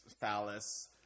phallus